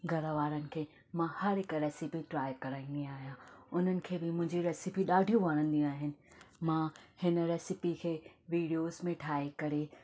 घरु वारनि खे मां हर हिकु रसिपी ट्राए कराईंदी आहियां हुननि खे बि मुंहिंजी रेसिपी ॾाढीयू वणंदियूं आहिनि मां हिन रेसिपी खे वीडियोस में ठाहे करे